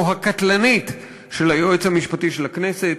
הקטלנית של היועץ המשפטי של הכנסת,